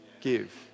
give